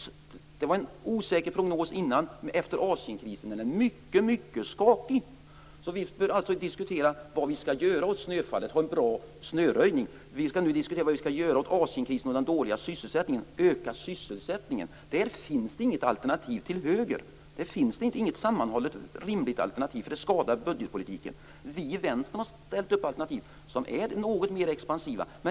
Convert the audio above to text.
Det var en osäker prognos tidigare, men efter Asienkrisen är den mycket, mycket skakig. Vi bör alltså diskutera vad vi skall göra åt snöfallet. Vi behöver ha en bra snöröjning. Vi skall nu diskutera vad vi skall göra åt Asienkrisen och den låga sysselsättningen, dvs. öka den. Här finns det inget alternativ till höger. Det finns inget rimligt sammmanhållet alternativ, för det skadar budgetpolitiken. Vi i Vänstern har angett alternativ som är något mer expansiva.